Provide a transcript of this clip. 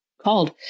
called